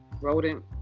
rodent